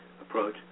approach